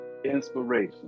inspiration